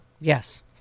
yes